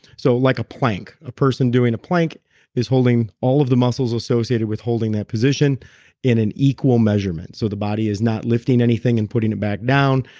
so like a plank, a person doing a plank is holding all of the muscles associated with holding that position in an equal measurement. so the body is not lifting anything and putting it back down.